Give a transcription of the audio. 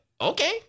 okay